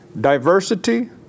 Diversity